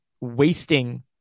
wasting